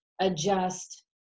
adjust